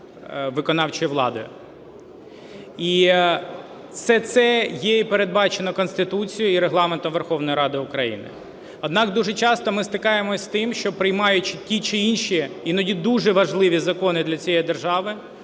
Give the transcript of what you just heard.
виконавчою владою. І все це є і передбачено Конституцією і Регламентом Верховної Ради України. Однак дуже часто ми стикаємося з тим, що приймаючи ті чи інші іноді дуже важливі закони для цієї держави,